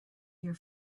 your